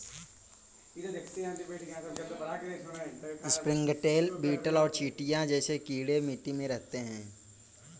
springtail, beetle और चींटियां जैसे कीड़े मिट्टी में रहते हैं